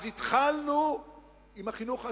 אז התחלנו עם החינוך העצמאי,